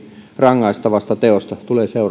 rangaistavasta teosta